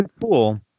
cool